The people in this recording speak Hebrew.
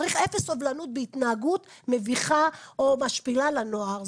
צריך אפס סובלנות בהתנהגות מביכה או משפילה לנוער.